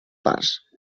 parts